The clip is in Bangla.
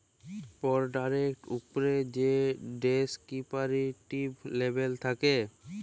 পরডাক্টের উপ্রে যে ডেসকিরিপ্টিভ লেবেল থ্যাকে